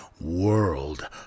world